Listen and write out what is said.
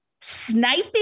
sniping